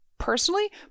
Personally